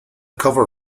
cover